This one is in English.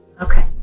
Okay